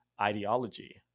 ideology